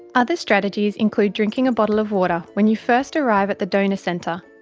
other strategies include drinking a bottle of water when you first arrive at the donor centre,